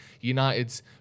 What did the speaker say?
United's